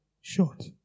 short